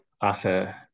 utter